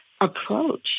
approach